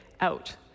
out